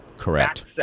correct